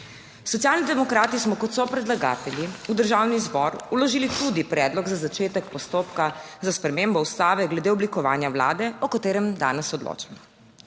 Socialni demokrati smo kot sopredlagatelji v Državni zbor vložili tudi predlog za začetek postopka za spremembo Ustave glede oblikovanja Vlade, o katerem danes odločamo.